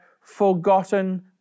forgotten